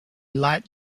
liked